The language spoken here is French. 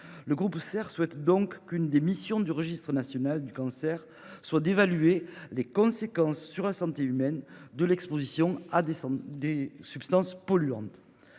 Le groupe SER souhaite donc que l'une des missions du registre national des cancers soit d'évaluer les conséquences sur la santé humaine de l'exposition à des substances polluantes.